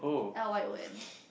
L_Y_O_N